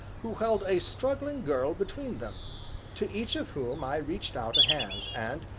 who held a struggling girl between them to each of whom i reached out a hand, and,